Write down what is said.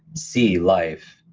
c, life,